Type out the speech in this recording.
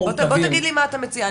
בוא תגיד לי מה אתה מציע,